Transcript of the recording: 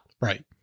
Right